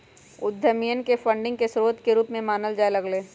उद्यमियन के फंडिंग के स्रोत के रूप में मानल जाय लग लय